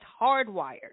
hardwired